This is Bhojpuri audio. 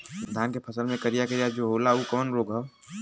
धान के फसल मे करिया करिया जो होला ऊ कवन रोग ह?